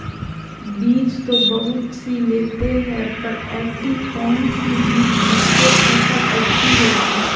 बीज तो बहुत सी लेते हैं पर ऐसी कौन सी बिज जिससे फसल अच्छी होगी?